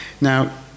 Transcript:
Now